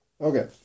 Okay